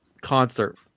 concert